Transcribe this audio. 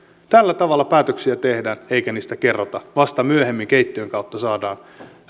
tällä tavalla päätöksiä tehdään eikä niistä kerrota vasta myöhemmin keittiön kautta saadaan